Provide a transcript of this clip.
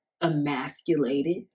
emasculated